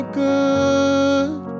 good